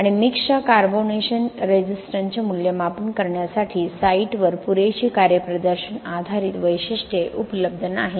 आणि मिक्सच्या कार्बोनेशन रेझिस्टन्सचे मूल्यमापन करण्यासाठी साइटवर पुरेशी कार्यप्रदर्शन आधारित वैशिष्ट्ये उपलब्ध नाहीत